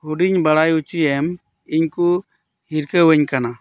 ᱦᱩᱰᱤᱧ ᱵᱟᱲᱟᱭ ᱚᱪᱩᱭᱮᱢ ᱤᱧ ᱠᱚ ᱦᱤᱨᱠᱟᱹᱣᱟᱹᱧ ᱠᱟᱱᱟ